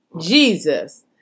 Jesus